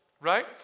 right